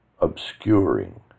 obscuring